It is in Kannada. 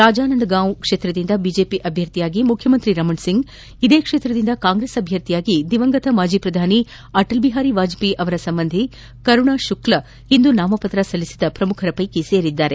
ರಾಜಾನಂದಗಾಂವ್ ಕ್ಷೇತ್ರದಿಂದ ಬಿಜೆಪಿ ಅಭ್ಲರ್ಥಿಯಾಗಿ ಮುಖ್ಯಮಂತ್ರಿ ರಮಣ್ಸಿಂಗ್ ಇದೇ ಕ್ಷೇತ್ರದಿಂದ ಕಾಂಗ್ರೆಸ್ ಅಭ್ಲರ್ಥಿಯಾಗಿ ದಿವಂಗತ ಮಾಜಿ ಶ್ರಧಾನಿ ಅಟಲ್ ಬಿಹಾರಿ ವಾಜಹೇಯಿ ಅವರ ಸಂಬಂಧಿ ಕರುಣಾ ಶುಕ್ಲಾ ಇಂದು ನಾಮಪುತ್ರ ಸಲ್ಲಿಸಿದ ಶ್ರಮುಖರಾಗಿದ್ದಾರೆ